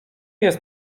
jest